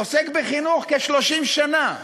עוסק בחינוך כ-30 שנה,